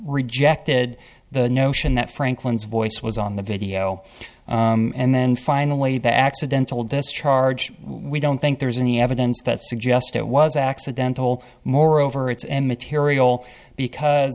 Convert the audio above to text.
rejected the notion that franklin's voice was on the video and then finally the accidental discharge we don't think there's any evidence that suggest it was accidental moreover it's immaterial because